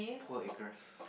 whole acres